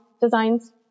designs